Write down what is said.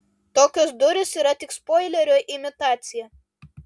tokios durys yra tik spoilerio imitacija